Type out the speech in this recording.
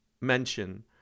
mention